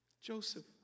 Joseph